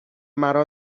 مرا